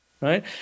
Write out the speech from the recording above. Right